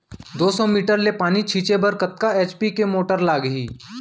दो सौ मीटर ले पानी छिंचे बर कतका एच.पी के मोटर लागही?